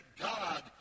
God